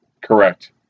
Correct